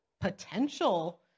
potential